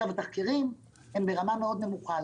התחקירים הם ברמה מאוד נמוכה.